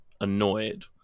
annoyed